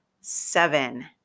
seven